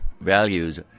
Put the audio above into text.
values